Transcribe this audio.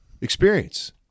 experience